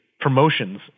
promotions